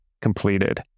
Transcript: completed